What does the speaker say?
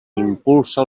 impulsa